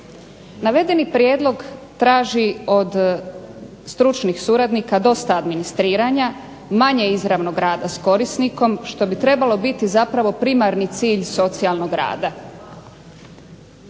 Navedeni prijedlog traži od stručnih suradnika dosta administriranja, manje izravnog rada s korisnikom što bi trebalo biti primarni cilj socijalnog rada.